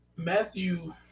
Matthew